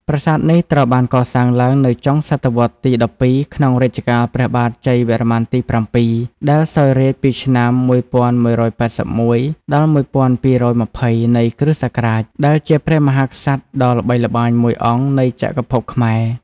ប្រាសាទនេះត្រូវបានកសាងឡើងនៅចុងសតវត្សរ៍ទី ១២ ក្នុងរជ្ជកាលព្រះបាទជ័យវរ្ម័នទី ៧ ដែលសោយរាជ្យពីឆ្នាំ ១១៨១ - ១២២០ នៃគ.ស. ដែលជាព្រះមហាក្សត្រដ៏ល្បីល្បាញមួយអង្គនៃចក្រភពខ្មែរ។